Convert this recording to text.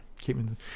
keeping